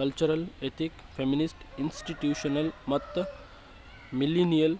cultural, ethnic, feminist, institutional ಮತ್ತ millennial